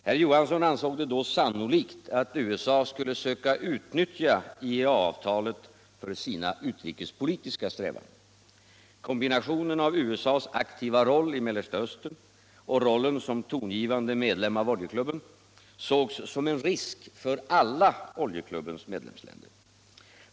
Herr Johansson ansåg det då sannolikt att USA skulle söka utnyttja IEA-avtalet för sina utrikespolitiska strävanden. Kombinationen av USA:s aktiva roll i Mellersta Östern och dess roll som tongivande medlem av Oljeklubben sågs som en risk för alla Oljeklubbens medlemsländer.